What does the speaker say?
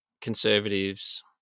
conservatives